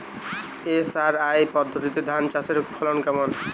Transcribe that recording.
SRI পদ্ধতিতে ধান চাষের ফলন কেমন?